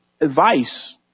advice